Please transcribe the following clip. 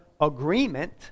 agreement